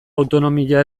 autonomia